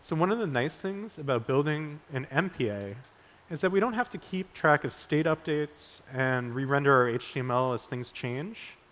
so one of the nice things about building in mpa is that we don't have to keep track of state updates and re-render our html as things change.